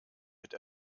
mit